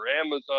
Amazon